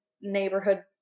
neighborhood